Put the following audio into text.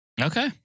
Okay